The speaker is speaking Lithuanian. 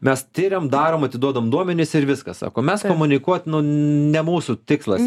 mes tiriam darom atiduodam duomenis ir viskas sako mes komunikuot nu ne mūsų tikslas